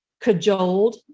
cajoled